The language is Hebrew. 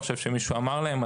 אני לא חושב שמישהו אמר להם,